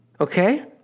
Okay